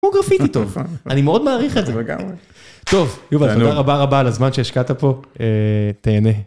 הוא גרפיטי טוב, אני מאוד מעריך את זה. טוב, יובל, תודה רבה רבה על הזמן שהשקעת פה, תהנה.